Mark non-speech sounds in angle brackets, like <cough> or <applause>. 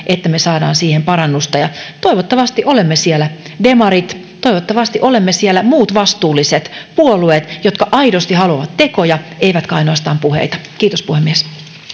<unintelligible> että me saamme siihen parannusta toivottavasti me demarit olemme siellä toivottavasti olemme siellä muut vastuulliset puolueet jotka aidosti haluavat tekoja eivätkä ainoastaan puheita kiitos puhemies